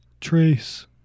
Trace